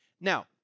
Now